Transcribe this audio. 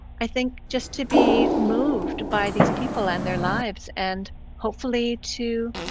i think just to be moved by these people and their lives and hopefully to,